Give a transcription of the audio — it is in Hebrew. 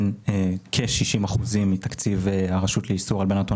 כ-60 אחוזים מתקציב הרשות לאיסור הלבנת הון